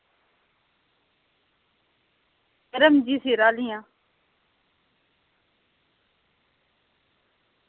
रम्जी सीरां आह्लियां